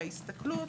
שההסתכלות